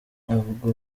avuga